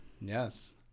yes